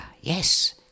Yes